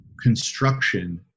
construction